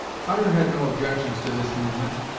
hutter had no objections to this movement,